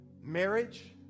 marriage